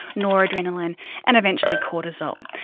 noradrenaline and eventually cortisol.